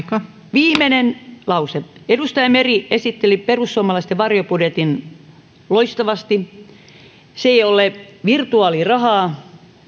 viimeinen lause edustaja meri esitteli perussuomalaisten varjobudjetin loistavasti se ei ole virtuaalirahaa